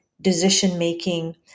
decision-making